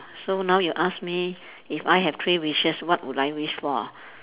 so now you ask me if I have three wishes what would I wish for